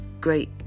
great